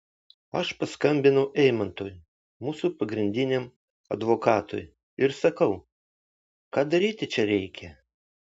aš paskambinau eimantui mūsų pagrindiniam advokatui ir sakau ką daryti čia reikia